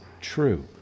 true